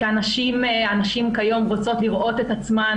כי הנשים כיום רוצות לראות את עצמן